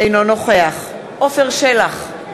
אינו נוכח עפר שלח,